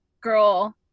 girl